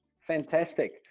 fantastic